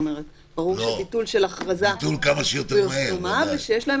ברור שביטול של הכרזה הוא עם פרסומה ויש להם